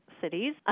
cities